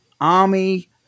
army